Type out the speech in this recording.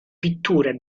pitture